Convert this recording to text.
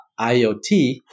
IoT